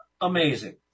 amazing